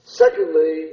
secondly